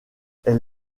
elle